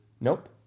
Nope